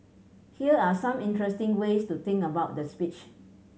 here are some interesting ways to think about the speech